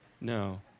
No